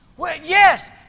Yes